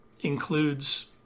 includes